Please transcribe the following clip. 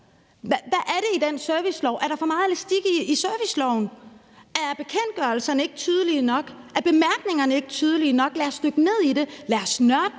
Hvad er der med den servicelov? Er der for meget elastik i serviceloven? Er bekendtgørelserne ikke tydelige nok? Er bemærkningerne ikke tydelige nok? Lad os dykke ned i det, lad os nørde